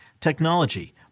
technology